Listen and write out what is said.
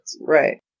Right